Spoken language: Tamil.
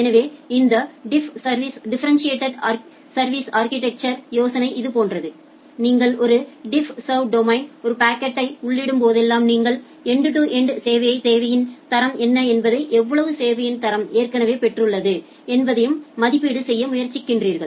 எனவே இந்த டிஃபரெண்டிட்டேட் சா்விஸ் அா்கிடெக்சர் யோசனை இது போன்றது நீங்கள் ஒரு டிஃப்ஸர்வ் டொமைனில் ஒரு பாக்கெட்யை உள்ளிடும்போதெல்லாம் நீங்கள் எண்டு டு எண்டு சேவைத் தேவையின் தரம் என்ன என்பதையும் எவ்வளவு சேவையின் தரம் ஏற்கனவே பெற்றுள்ளது என்பதையும் மதிப்பீடு செய்ய முயற்சிக்கிறீர்கள்